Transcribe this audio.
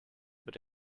but